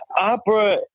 Opera